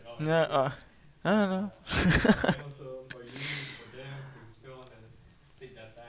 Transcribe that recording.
ya uh ah